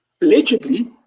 allegedly